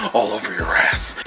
over your ass.